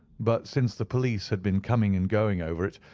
but since the police had been coming and going over it,